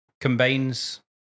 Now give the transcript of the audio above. combines